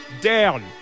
down